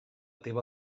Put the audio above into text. teva